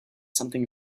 something